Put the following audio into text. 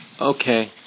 Okay